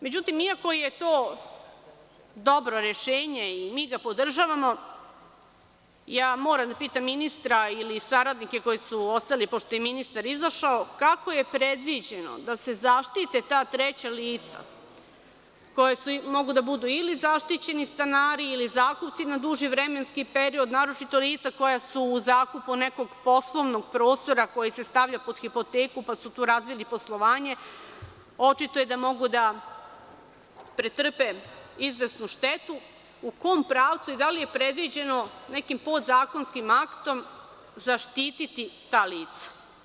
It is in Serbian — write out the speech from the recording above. Međutim, iako je to dobro rešenje i mi ga podržavamo, moram da pitam ministra ili saradnike koji su ostali, pošto je ministar izašao, kako je predviđeno da se zaštite ta treća lica, koja mogu da budu ili zaštićeni stanari ili zakupci na duži vremenski period, naročito lica koja su u zakupu nekog poslovnog prostora koji se stavlja pod hipoteku, pa su tu razvili poslovanje, očito je da mogu da pretrpe izvesnu štetu, u kom pravcu i da li je predviđeno nekim podzakonskim aktom, zaštititi ta lica?